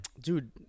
Dude